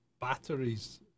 batteries